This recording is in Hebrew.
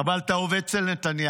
אבל אתה עובד אצל נתניהו.